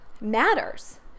matters